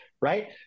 right